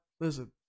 listen